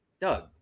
Doug